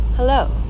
Hello